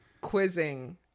Quizzing